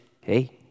hey